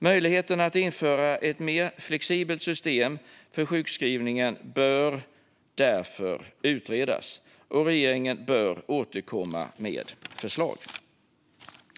Möjligheterna att införa ett mer flexibelt system för sjukskrivningen bör därför utredas, och regeringen bör återkomma med förslag."